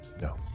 No